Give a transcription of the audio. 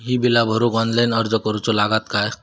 ही बीला भरूक ऑनलाइन अर्ज करूचो लागत काय?